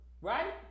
right